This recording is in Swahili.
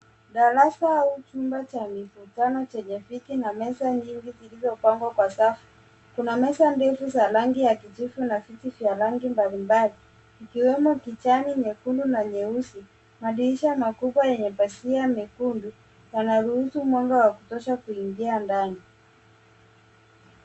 Darasa au chumba cha mikutano chenye viti na meza nyingi zilizopangwa kwa safu. Kuna meza mbili za rangi ya kijivu na viti vya rangi mbalimbali ikiwemo kijani, nyekundu na nyeusi, madirisha makubwa yenye pazia mekundu yanaruhusu mwanga wa kutosha kuingia ndani.